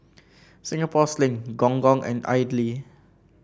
Singapore Sling Gong Gong and idly